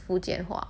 福建话